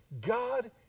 God